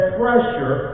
pressure